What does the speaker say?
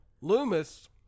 Loomis